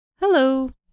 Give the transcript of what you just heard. Hello